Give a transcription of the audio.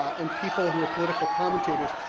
and people who were political commentators,